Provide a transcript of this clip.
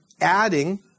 adding